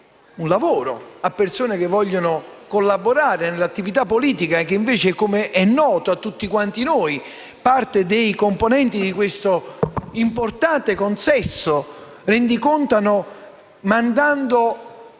un lavoro a persone che vogliono collaborare nell'attività politica. Come è noto a tutti quanti noi, parte dei componenti di questo importante consesso rendicontano versando